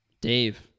Dave